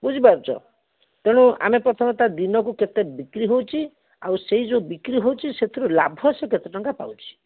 ବୁଝିପାରୁଛ ତେଣୁ ଆମେ ପ୍ରଥମେ ତା ଦିନ କୁ କେତେ ବିକ୍ରି ହେଉଛି ଆଉ ସେଇ ଯୋଉ ବିକ୍ରି ହେଉଛି ସେଥିରୁ ଲାଭ ସେ କେତେ ଟଙ୍କା ପାଉଛି